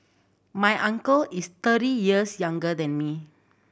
my uncle is thirty years younger than me